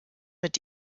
mit